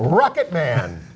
rocket man